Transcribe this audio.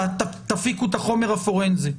תפיקו את החומר הפורנזי,